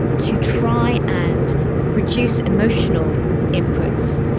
to try and reduce emotional inputs,